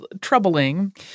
troubling